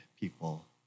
people